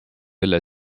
õlle